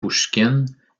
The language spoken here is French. pouchkine